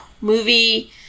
movie